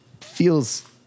feels